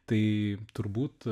tai turbūt